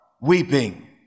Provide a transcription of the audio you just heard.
weeping